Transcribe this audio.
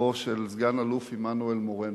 לזכרו של סגן-אלוף עמנואל מורנו,